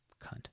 cunt